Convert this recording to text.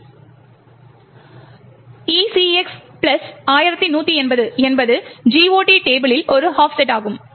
எனவே ECX 1180 என்பது GOT டேபிளில் ஒரு ஆஃப்செட் ஆகும்